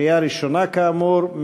קריאה ראשונה, כאמור.